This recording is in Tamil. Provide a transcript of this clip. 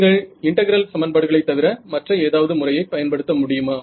நீங்கள் இன்டகிரல் சமன்பாடுகளைத் தவிர மற்ற ஏதாவது முறையை பயன்படுத்த முடியுமா